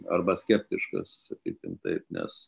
arba skeptiškas sakykim taip nes